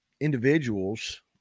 individuals